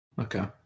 Okay